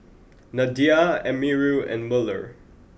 Nadia Amirul and Melur